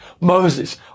Moses